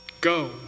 Go